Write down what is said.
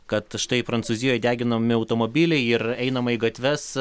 kad štai prancūzijo deginami automobiliai ir einama į gatves